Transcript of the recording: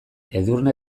edurne